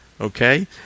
Okay